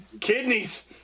Kidneys